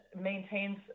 maintains